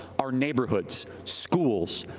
our neighborhoods, schools,